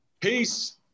Peace